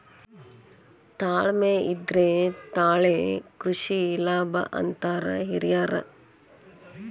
ತಾಳ್ಮೆ ಇದ್ರೆ ತಾಳೆ ಕೃಷಿ ಲಾಭ ಅಂತಾರ ಹಿರ್ಯಾರ್